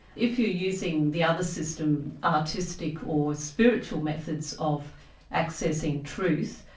if you're using the other system, artistic or spiritual methods of accessing truth,